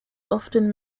often